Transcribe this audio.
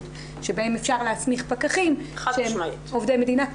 שבהם אפשר להסמיך פקחים עובדי מדינה.